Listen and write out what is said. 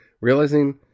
realizing